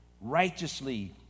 righteously